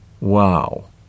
Wow